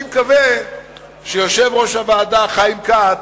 אני מקווה שיושב-ראש הוועדה, חיים כץ,